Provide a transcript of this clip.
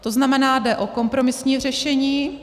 To znamená, jde o kompromisní řešení.